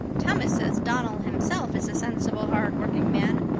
thomas says donnell himself is a sensible, hard-working man,